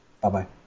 Bye-bye